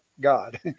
God